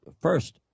first